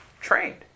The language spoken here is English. trained